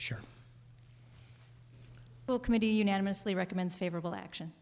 sure well committee unanimously recommends favorable action